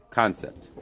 concept